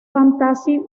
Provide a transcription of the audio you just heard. fantasy